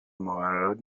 مقررات